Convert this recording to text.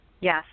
Yes